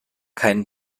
keinen